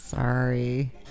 Sorry